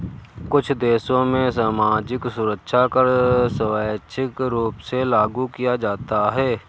कुछ देशों में सामाजिक सुरक्षा कर स्वैच्छिक रूप से लागू किया जाता है